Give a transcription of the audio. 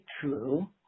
true